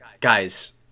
Guys